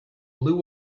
blue